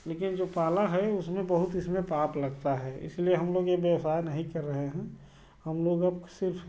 लेकिन जो पाला है उसमें बहुत इसमें पाप लगता है इसलिए हम लोग ये व्यवसाय नहीं कर रहे हैं हम लोग अब सिर्फ